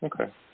Okay